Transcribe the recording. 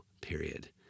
period